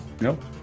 Nope